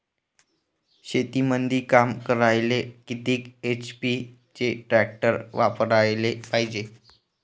शेतीमंदी काम करायले किती एच.पी चे ट्रॅक्टर वापरायले पायजे?